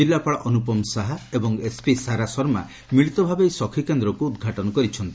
ଜିଲ୍ଲାପାଳ ଅନୁପମ ଶାହା ଏବଂ ଏସ୍ପି ସାରା ଶର୍ମା ମିଳିତ ଭାବେ ଏହି ସଖୀ କେନ୍ଦ୍ରକୁ ଉଦ୍ଘାଟନ କରିଛନ୍ତି